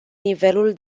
nivelul